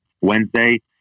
Wednesday